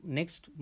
Next